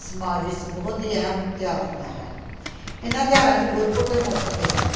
ਸਮਾਜ ਵਿੱਚ ਬਹੁਤ ਹੀ ਅਹਿਮ ਤਿਉਹਾਰ ਹੁੰਦਾ ਹੈ ਇਹਨਾਂ ਤਿਉਹਾਰਾਂ ਵਿੱਚ ਗੁਰਪੁਰਬ ਦੇ ਮੌਕੇ 'ਤੇ